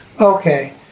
Okay